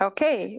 Okay